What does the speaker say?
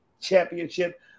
Championship